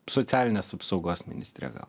socialinės apsaugos ministrė gal